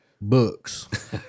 Books